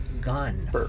gun